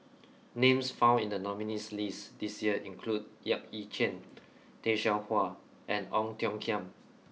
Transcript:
names found in the nominees' list this year include Yap Ee Chian Tay Seow Huah and Ong Tiong Khiam